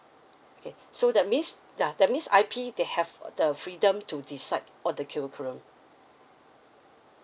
okay so that means uh that means I_P they have the freedom to decide all the curriculum